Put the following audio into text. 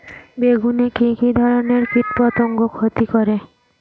বেগুনে কি কী ধরনের কীটপতঙ্গ ক্ষতি করে?